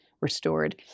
restored